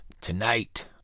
Tonight